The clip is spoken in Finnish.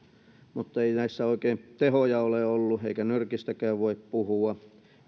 mutta ei näissä oikein tehoja ole ollut eikä nyrkistäkään voi puhua